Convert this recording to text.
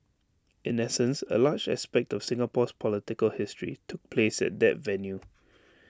in essence A large aspect of Singapore's political history took place at that venue